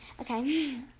okay